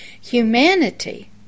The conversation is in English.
humanity